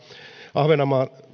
ahvenanmaa